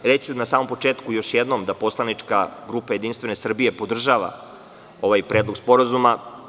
Reći ću na samom početku još jednom da poslanička grupa Jedinstvene Srbije podržava ovaj predlog sporazuma.